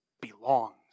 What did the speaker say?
belongs